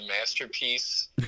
masterpiece